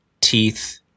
teeth